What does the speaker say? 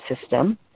system